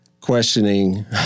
questioning